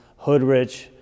Hoodrich